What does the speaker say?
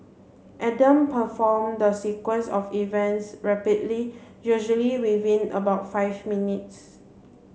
Adam performed the sequence of events rapidly usually within about five minutes